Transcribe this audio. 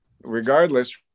regardless